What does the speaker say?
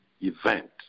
event